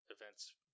events